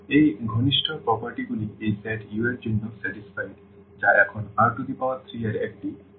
সুতরাং এই ঘনিষ্ঠ বৈশিষ্ট্যগুলি এই সেট U এর জন্য সন্তুষ্ট যা এখন R3 এর একটি সাব স্পেস